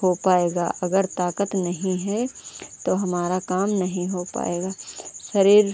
हो पाएगा अगर ताकत नहीं है तो हमारा काम नहीं हो पाएगा शरीर